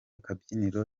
kabyiniro